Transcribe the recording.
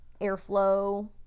airflow